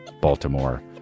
Baltimore